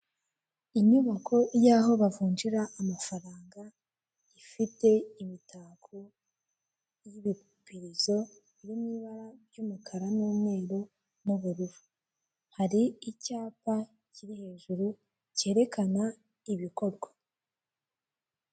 Inyubako y'aho bavunjira amafaranga, ifite imitako y'ibipirizo biri mu ibara ry'umukara n'umweru n'ubururu, hari icyapa kiri hejuru cyerekana ibikorwa.